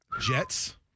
Jets